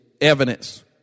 evidence